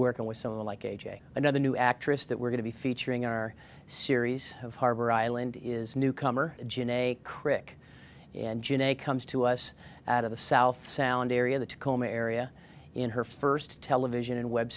working with some of them like a j another new actress that we're going to be featuring our series of harbor island is newcomer janay crick and janae comes to us out of the south sound area the tacoma area in her first television and web